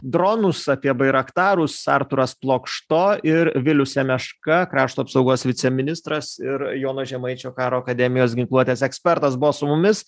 dronus apie bairaktarus artūras plokšto ir vilius semeška krašto apsaugos viceministras ir jono žemaičio karo akademijos ginkluotės ekspertas buvo su mumis